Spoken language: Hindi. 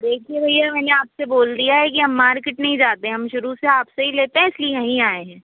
देखिए भैया मैंने आप से बोल दिया है कि हम मार्केट नहीं जाते हैं हम शुरू से आप से ही लेते हैं इस लिए यहीं आए हैं